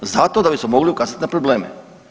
Zato da bismo mogli ukazati na probleme.